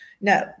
No